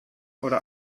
oder